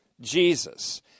Jesus